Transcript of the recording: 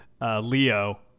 Leo